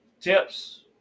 Tips